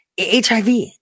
HIV